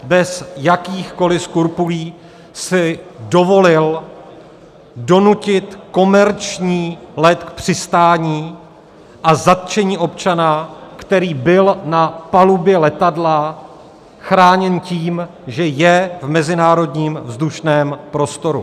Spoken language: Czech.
Bez jakýchkoli skrupulí si dovolil donutit komerční let k přistání a zatčení občana, který byl na palubě letadla chráněn tím, že je v mezinárodním vzdušném prostoru.